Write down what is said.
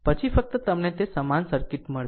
પછી ફક્ત તમને તે સમાન સર્કિટ મળશે